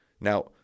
Now